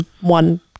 one